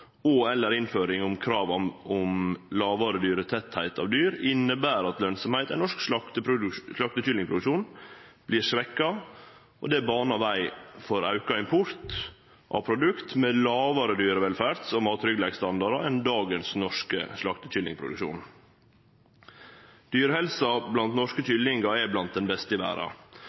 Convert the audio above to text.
innføring av krav om lågare tettleik av dyr inneber at lønsemda i norsk slaktekyllingproduksjon vert svekt, og det banar veg for auka import av produkt med lågare dyrevelferds- og mattryggleikstandardar enn dagens norske slaktekyllingproduksjon. Dyrehelsa blant norske kyllingar er blant den beste i verda,